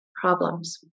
problems